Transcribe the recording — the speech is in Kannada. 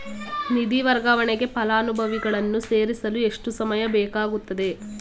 ನಿಧಿ ವರ್ಗಾವಣೆಗೆ ಫಲಾನುಭವಿಗಳನ್ನು ಸೇರಿಸಲು ಎಷ್ಟು ಸಮಯ ಬೇಕಾಗುತ್ತದೆ?